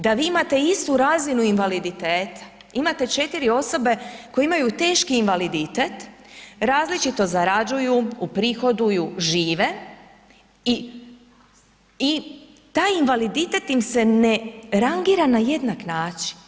Da vi imate istu razinu invaliditeta, imate 4 osobe koje imaju teški invaliditet, različito zarađuju, uprihoduju, žive, i taj invaliditet im se ne rangira na jednak način.